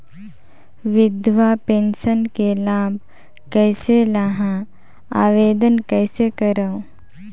विधवा पेंशन के लाभ कइसे लहां? आवेदन कइसे करव?